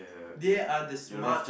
they are the smart